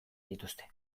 dituzte